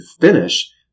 finish